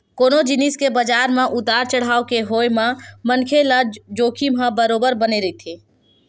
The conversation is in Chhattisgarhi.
कोनो जिनिस के बजार म उतार चड़हाव के होय म मनखे ल जोखिम ह बरोबर बने रहिथे